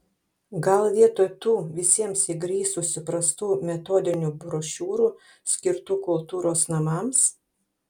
gal vietoj tų visiems įgrisusių prastų metodinių brošiūrų skirtų kultūros namams